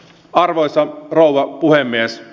arvoisa rouva puhemies